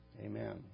Amen